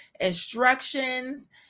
instructions